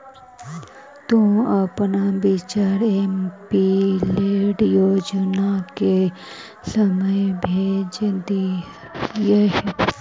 तु अपन विचार एमपीलैड योजना के समय भेज दियह